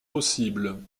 possibles